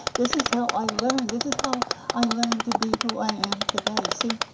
this is how i learned, this is how i learned to be who i am today. see,